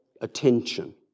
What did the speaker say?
attention